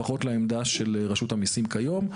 לפחות לעמדה של רשות המיסים כיום.